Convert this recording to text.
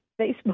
Facebook